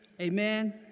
Amen